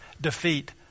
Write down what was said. defeat